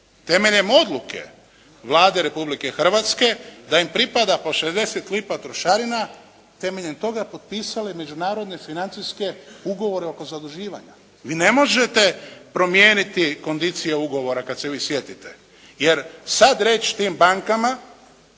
temeljem odluke Vlade Republike Hrvatske da im pripada po 60 lipa trošarina temeljem toga potpisale međunarodne financijske ugovore oko zaduživanja. Vi ne možete promijeniti kondicije ugovora kad se vi sjetite jer sad reći tim bankama